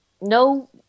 no